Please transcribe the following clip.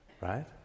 right